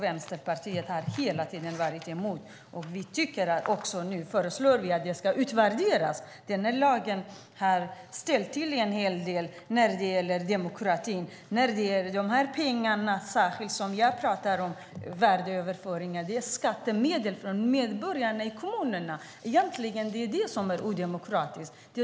Vänsterpartiet har hela tiden varit emot. Vi föreslår nu att lagen ska utvärderas. Lagen har ställt till en hel del när det gäller demokratin. De pengar som jag pratar om, värdeöverföringarna, är skattemedel från medborgarna i kommunerna. Det är egentligen det som är odemokratiskt.